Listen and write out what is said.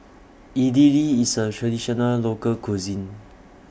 Idili IS A Traditional Local Cuisine